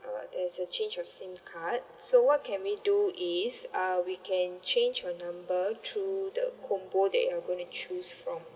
uh there's a change of sim card so what can we do is uh we can change your number through the combo that you're gonna choose from